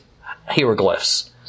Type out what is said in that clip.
hieroglyphs